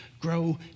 grow